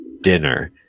dinner